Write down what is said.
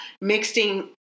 mixing